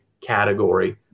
category